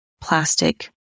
plastic